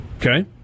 Okay